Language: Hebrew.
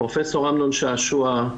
פרופ' אמנון שעשוע,